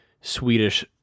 Swedish